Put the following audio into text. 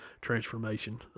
transformation